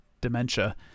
dementia